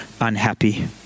unhappy